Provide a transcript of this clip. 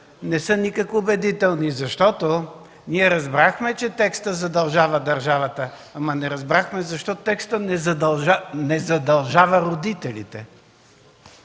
не са никак убедителни, защото ние разбрахме, че текстът задължава държавата, но не разбрахме защо текстът не задължава родителите